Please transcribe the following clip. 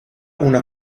una